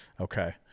Okay